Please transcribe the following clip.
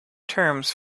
terms